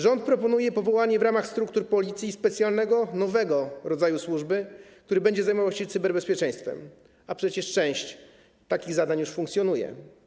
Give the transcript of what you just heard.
Rząd proponuje powołanie w ramach struktur Policji specjalnego nowego rodzaju służby, która będzie zajmowała się cyberbezpieczeństwem, a przecież część takich zadań już funkcjonuje.